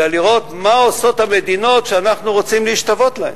אלא לראות מה עושות המדינות שאנחנו רוצים להשתוות להן.